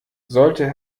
sollte